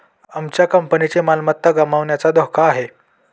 आमच्या कंपनीची मालमत्ता गमावण्याचा धोका आहे